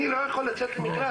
אני לא יכול לצאת למכרז.